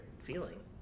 feeling